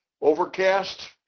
Overcast